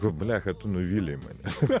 tu blecha tu nuvylei mane